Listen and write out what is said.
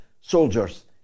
soldiers